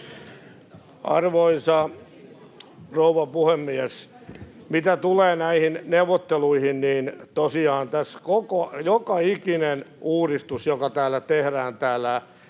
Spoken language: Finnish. Arvoisa rouva puhemies! Mitä tulee näihin neuvotteluihin, niin tosiaan tässä joka ikinen uudistus, joka täällä tehdään työelämää